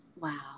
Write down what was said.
Wow